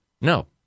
no